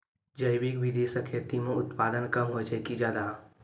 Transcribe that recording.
जैविक विधि से खेती म उत्पादन कम होय छै कि ज्यादा?